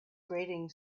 grating